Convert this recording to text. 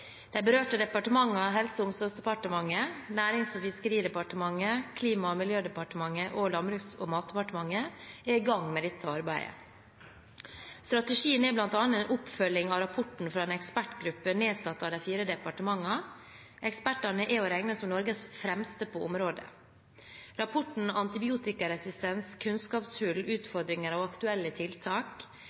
De berørte departementer, Helse- og omsorgsdepartementet, Nærings- og fiskeridepartementet, Klima- og miljødepartementet og Landbruks- og matdepartementet, er i gang med dette arbeidet. Strategien er bl.a. en oppfølging av rapporten fra en ekspertgruppe nedsatt av de fire departementene. Ekspertene er å regne som Norges fremste på området. Rapporten «Antibiotikaresistens – kunnskapshull, utfordringer og aktuelle tiltak»